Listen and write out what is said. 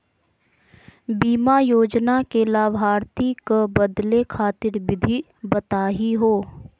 बीमा योजना के लाभार्थी क बदले खातिर विधि बताही हो?